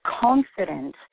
confident